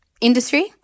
industry